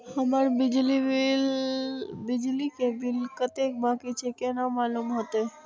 हमर बिजली के बिल कतेक बाकी छे केना मालूम होते?